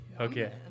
Okay